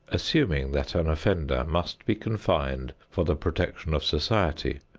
assuming that an offender must be confined for the protection of society,